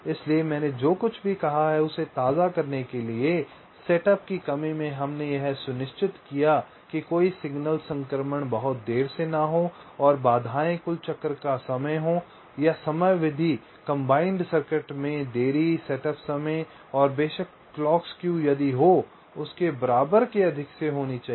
इसलिए मैंने जो कुछ भी कहा है उसे ताज़ा करने के लिए सेटअप की कमी में हमने यह सुनिश्चित किया कि कोई सिग्नल संक्रमण बहुत देर से न हो और बाधाएँ कुल चक्र का समय हो या समयावधि कम्बाइंड सर्किट में देरी सेटअप समय और बेशक क्लॉक स्क्यू यदि कोई हो के बराबर से अधिक होनी चाहिए